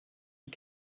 you